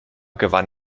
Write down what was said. gewann